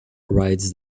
rides